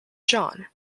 john